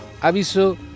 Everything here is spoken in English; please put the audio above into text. ...aviso